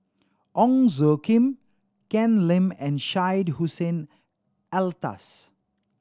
Ong Tjoe Kim Ken Lim and Syed Hussein Alatas